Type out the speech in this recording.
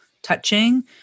touching